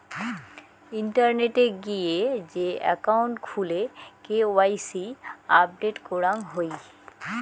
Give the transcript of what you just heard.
ইন্টারনেটে গিয়ে যে একাউন্ট খুলে কে.ওয়াই.সি আপডেট করাং হই